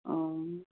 অঁ